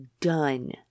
done